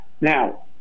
Now